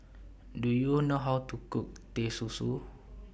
Do YOU know How to Cook Teh Susu